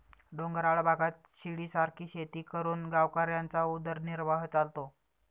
डोंगराळ भागात शिडीसारखी शेती करून गावकऱ्यांचा उदरनिर्वाह चालतो